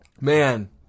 Man